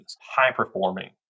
high-performing